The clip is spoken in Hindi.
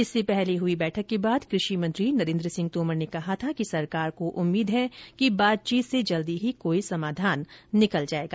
इससे पहले हुई बैठक के बाद कृषि मंत्री नरेन्द्र सिंह तोमर ने कहा था कि सरकार को उम्मीद है कि बातचीत से जल्दी ही कोई समाधान निकल जायेगा